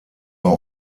bei